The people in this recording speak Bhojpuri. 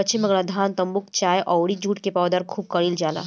पश्चिम बंगाल धान, तम्बाकू, चाय अउरी जुट के पैदावार खूब कईल जाला